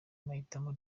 mahitamo